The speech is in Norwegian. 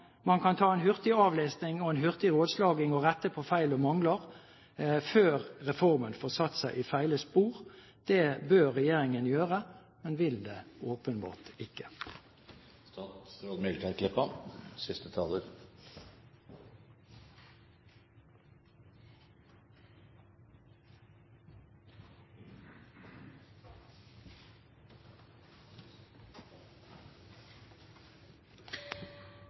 man kan ta en hurtig avlesning og en hurtig rådslagning og rette på feil og mangler før reformen får satt seg i feil spor. Det bør regjeringen gjøre, men vil det åpenbart